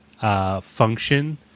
function